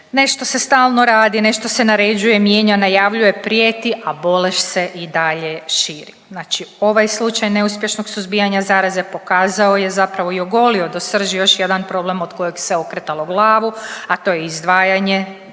nešto se stalno radi, nešto se naređuje, mijenja, najavljuje, prijeti, a bolest se i dalje širi. Znači ovaj slučaj neuspješnog suzbijanja zaraze pokazao je zapravo i ogolio do srži još jedan problem od kojeg se okretalo glavu, a to je izdvajanje,